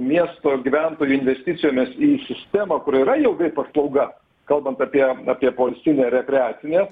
miesto gyventojų investicijomis į sistemą kur yra jau kaip paslauga kalbant apie apie poilsinę rekreacinę